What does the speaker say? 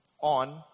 on